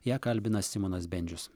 ją kalbina simonas bendžius